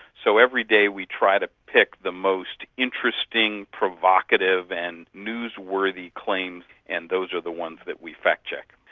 so every day we try to pick the most interesting, provocative and newsworthy claims, and those are the ones that we fact-check.